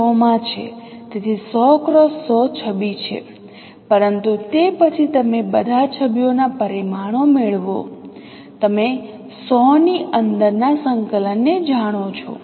તેથી 100 X 100 છબી છે પરંતુ તે પછી તમે બધા છબીઓના પરિમાણો મેળવો તમે 100 ની અંદરના સંકલનને જાણો છો